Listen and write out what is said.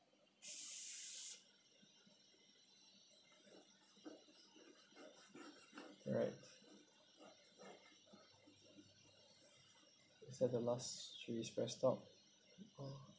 right is that the last should we press stop